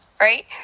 Right